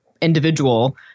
individual